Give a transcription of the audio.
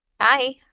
Hi